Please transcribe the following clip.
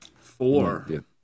Four